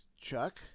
Chuck